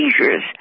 seizures